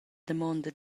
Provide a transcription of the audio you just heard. damonda